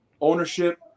ownership